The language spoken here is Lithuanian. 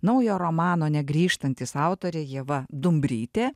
naujo romano negrįžtantys autorė ieva dumbrytė